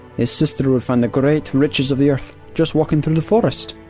his sister would find the great riches of the earth just walking through the forest,